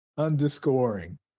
underscoring